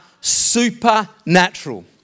supernatural